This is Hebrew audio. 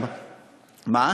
מה?